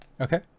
Okay